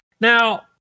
Now